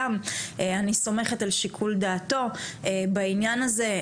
גם אני סומכת על שיקול דעתו בעניין הזה,